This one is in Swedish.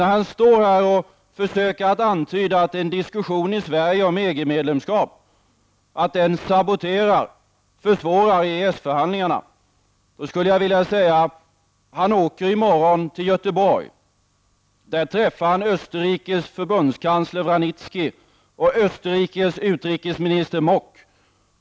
När han står här och försöker att antyda att en diskussion i Sverige om EG-medlemskap försvårar eller saboterar EES-förhandlingarna, vill jag erinra om att han i morgon reser till Göteborg, där han skall träffa Österrikes förbundskansler Vranitzky och Österrikes utrikesminister Mock.